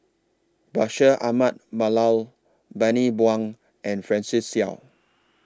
Bashir Ahmad Mallal Bani Buang and Francis Seow